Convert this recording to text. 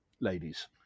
ladies